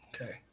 Okay